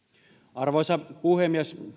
arvoisa puhemies